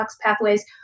pathways